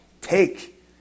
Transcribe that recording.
take